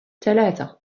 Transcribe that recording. ثلاثة